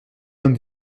homme